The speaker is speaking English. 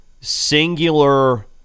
singular